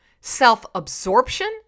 self-absorption